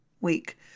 week